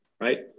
Right